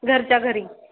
घरच्या घरी